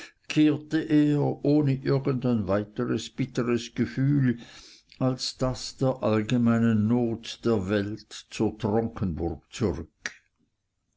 ohne irgend weiter ein bitteres gefühl als das der allgemeinen not der welt zur tronkenburg zurück